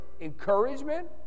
encouragement